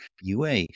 UA